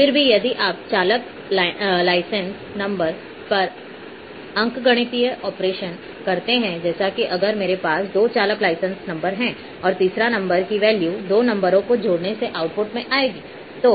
फिर भी यदि आप चालक लाइसेंस नंबर पर अंकगणितीय ऑपरेशन करते हैं जैसे कि अगर मेरे पास दो चालक लाइसेंस नंबर हैं और तीसरे नंबर की वैल्यू दो नंबरों को जोड़ने के आउटपुट से आएगी तो